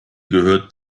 gehört